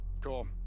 Cool